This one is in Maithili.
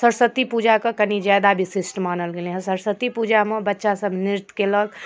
सरस्वती पूजाके कनी जादा विशिष्ट मानल गेलै हँ सरस्वती पूजामे बच्चासब नृत्य केलक